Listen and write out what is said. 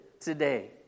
today